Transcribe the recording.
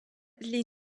les